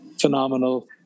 phenomenal